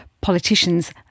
politicians